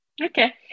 Okay